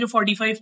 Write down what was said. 45